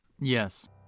Yes